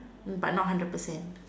but not hundred percent